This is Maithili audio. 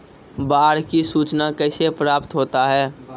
बाढ की सुचना कैसे प्राप्त होता हैं?